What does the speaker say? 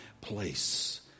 place